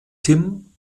tim